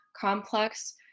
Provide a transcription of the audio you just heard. complex